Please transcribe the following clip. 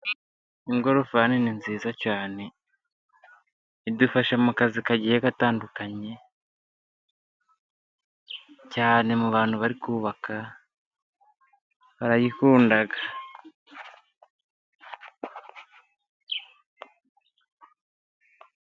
Ingorofani ni nziza cyane, idufasha mu kazi kagiye gatandukanye, cyane mu bantu bari kubaka barayikunda.